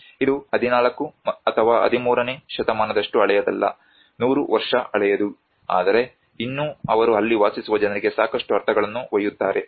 ಇದು 14 ಅಥವಾ 13 ನೇ ಶತಮಾನದಷ್ಟು ಹಳೆಯದಲ್ಲ 100 ವರ್ಷ ಹಳೆಯದು ಆದರೆ ಇನ್ನೂ ಅವರು ಅಲ್ಲಿ ವಾಸಿಸುವ ಜನರಿಗೆ ಸಾಕಷ್ಟು ಅರ್ಥಗಳನ್ನು ಒಯ್ಯುತ್ತಾರೆ